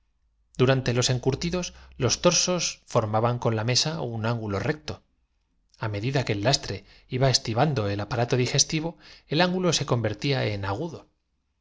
destinados á las reparaciones torsos formaban con la mesa un ángulo recto a me y de vituallas de toda especie dida que el lastre iba estivando el aparato digestivo para que no abundasen el ángulo se convertía en agudo